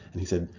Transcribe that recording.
and he said,